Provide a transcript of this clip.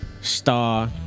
star